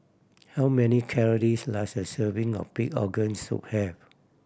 how many calories does a serving of pig organ soup have